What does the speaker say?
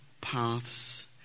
paths